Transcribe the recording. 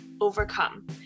overcome